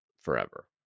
forever